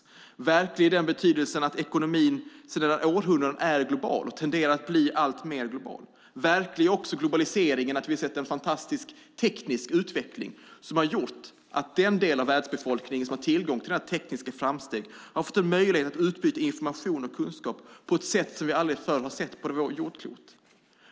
Den är verklig i den bemärkelsen att ekonomin sedan århundraden är global och tenderar att bli alltmer global. Den är verklig också genom att vi sett en fantastisk teknisk utveckling som gjort att den del av världsbefolkningen som har tillgång till dessa tekniska framsteg fått möjlighet att utbyta information och kunskap på ett sätt vi aldrig tidigare sett på vår jord.